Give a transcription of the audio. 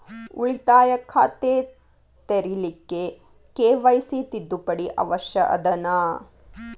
ಉಳಿತಾಯ ಖಾತೆ ತೆರಿಲಿಕ್ಕೆ ಕೆ.ವೈ.ಸಿ ತಿದ್ದುಪಡಿ ಅವಶ್ಯ ಅದನಾ?